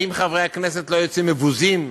האם חברי הכנסת לא יוצאים מבוזים?